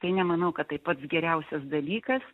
tai nemanau kad tai pats geriausias dalykas